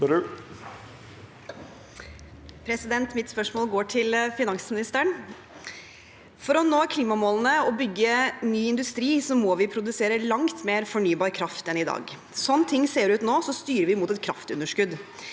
Mitt spørsmål går til fi- nansministeren. For å nå klimamålene og bygge ny industri må vi produsere langt mer fornybar kraft enn i dag. Slik det ser ut nå, styrer vi mot et kraftunderskudd.